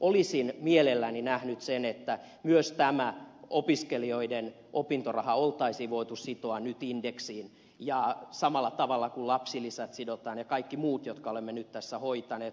olisin mielelläni nähnyt sen että myös tämä opiskelijoiden opintoraha olisi voitu sitoa nyt indeksiin samalla tavalla kuin lapsilisät sidotaan ja kaikki muut jotka olemme nyt tässä hoitaneet